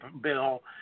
bill